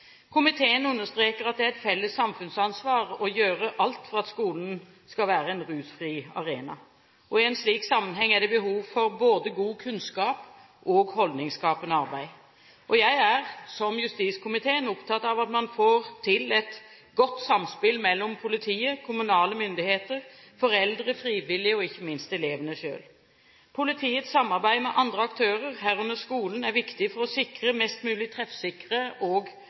Komiteen understreker at det er et felles samfunnsansvar å gjøre alt for at skolen skal være en rusfri arena. I en slik sammenheng er det behov for både god kunnskap og holdningsskapende arbeid. Jeg er, som justiskomiteen, opptatt av at man får til et godt samspill mellom politiet, kommunale myndigheter, foreldre, frivillige og ikke minst elevene selv. Politiets samarbeid med andre aktører, herunder skolen, er viktig for å sikre mest mulig treffsikre og